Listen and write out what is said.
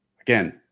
Again